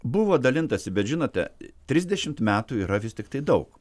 buvo dalintasi bet žinote trisdešimt metų yra vis tiktai daug